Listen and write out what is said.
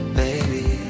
baby